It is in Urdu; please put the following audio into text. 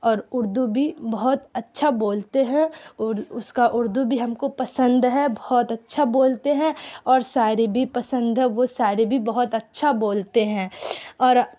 اور اردو بھی بہت اچھا بولتے ہیں اور اس کا اردو بھی ہم کو پسند ہے بہت اچھا بولتے ہیں اور شاعری بھی پسند ہے وہ شاعری بھی بہت اچھا بولتے ہیں اور